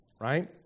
right